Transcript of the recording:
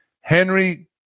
Henry